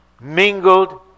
Mingled